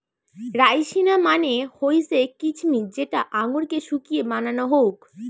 রাইসিনা মানে হৈসে কিছমিছ যেটা আঙুরকে শুকিয়ে বানানো হউক